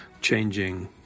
changing